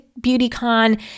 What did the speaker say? BeautyCon